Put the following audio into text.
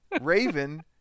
Raven